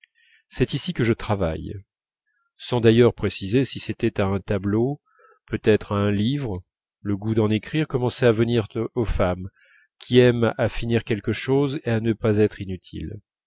c'est ici que je travaille sans d'ailleurs préciser si c'était à un tableau peut-être à un livre le goût d'en écrire commençait à venir aux femmes qui aiment à faire quelque chose et à ne pas être inutiles